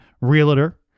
realtor